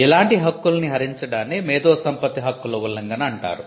ఇలాంటి హక్కుల్ని హరించడాన్నే మేధోసంపత్తి హక్కుల ఉల్లంఘన అంటారు